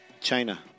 China